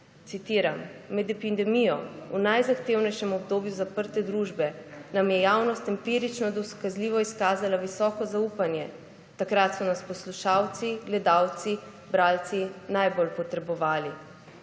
citiram, »Med epidemijo, v najzahtevnejšem obdobju zaprte družbe, nam je javnost empirično dokazljivo izkazala visoko zaupanje, takrat so nas poslušalci, gledalci, bralci najbolj potrebovali.